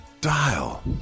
dial